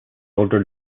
older